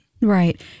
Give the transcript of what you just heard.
Right